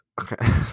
okay